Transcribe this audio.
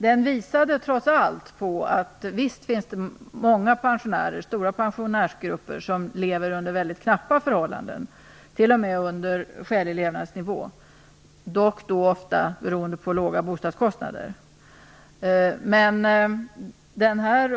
Den visade att det finns stora pensionärsgrupper som lever under knappa förhållanden, t.o.m. under skälig levnadsnivå, dock ofta beroende på låga bostadskostnader.